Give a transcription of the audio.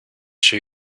sure